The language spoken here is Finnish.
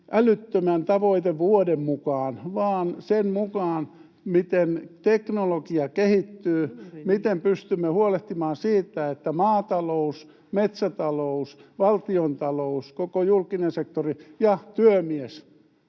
älyttömän tavoitevuoden mukaan, vaan sen mukaan, miten teknologia kehittyy, miten pystymme huolehtimaan siitä, että maatalous, metsätalous, valtiontalous, koko julkinen sektori ja työmies